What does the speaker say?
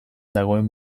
dagoen